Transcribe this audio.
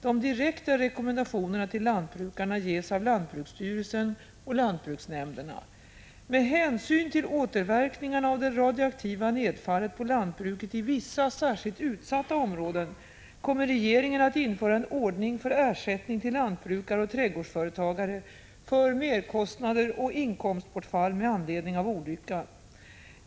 De direkta rekommendationerna till lantbrukarna ges av lantbruksstyrelsen och lantbruksnämnderna. Med hänsyn till återverkningarna av det radioaktiva nedfallet på lantbruketi vissa, särskilt utsatta områden, kommer regeringen att införa en ordning för ersättning till lantbrukare och trädgårdsföretagare för merkostnader och inkomstbortfall med anledning av olyckan.